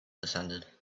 descended